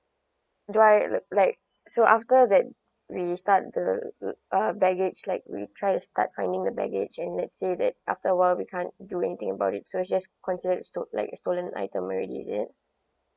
do I like so after that we start the uh baggage like we try to start finding the baggage let's say that after a while we can't do anything about it so it's just considered stole like stolen item already is it